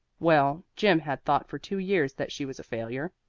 well, jim had thought for two years that she was a failure.